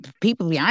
people